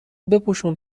بپوشون